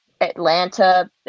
atlanta